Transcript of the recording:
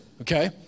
okay